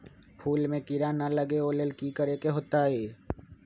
फूल में किरा ना लगे ओ लेल कि करे के होतई?